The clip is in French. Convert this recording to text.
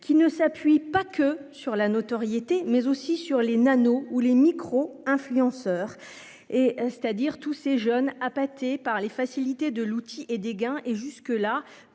qui ne s'appuie pas que sur la notoriété, mais aussi sur les nanos où les micros influenceurs et c'est-à-dire tous ces jeunes appâtés par les facilités de l'outil et des gains et jusque-là